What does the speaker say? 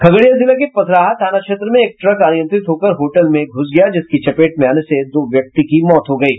खगड़िया जिला के पसराहा थांना क्षेत्र में एक ट्रक अनियंत्रित होकर होटल में घु्स गया जिसकी चपेट में आने से दो व्यक्ति की मौत हो गयी